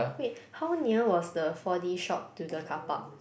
wait how near was the four D shop to the carpark